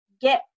Get